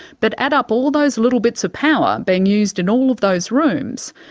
but add up all those little bits of power being used in all of those rooms,